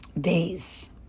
days